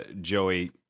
Joey